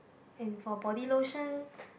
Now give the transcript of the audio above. and for body lotion